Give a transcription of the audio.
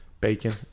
bacon